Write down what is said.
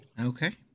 Okay